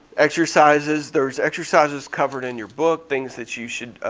exercises, there's exercises covered in your book. things that you should